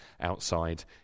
outside